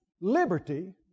liberty